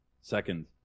Second